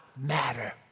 matter